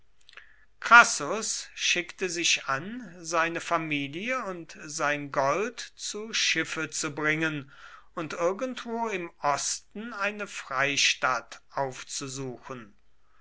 crassus schickte sich an seine familie und sein gold zu schiffe zu bringen und irgendwo im osten eine freistatt aufzusuchen